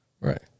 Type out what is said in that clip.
right